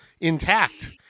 intact